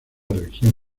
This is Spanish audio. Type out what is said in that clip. región